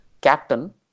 captain